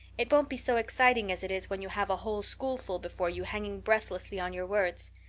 it won't be so exciting as it is when you have a whole schoolful before you hanging breathlessly on your words.